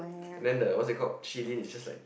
and then the what's that called Shilin is just like